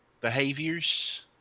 behaviors